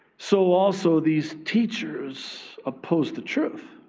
so also, these teachers oppose the truth.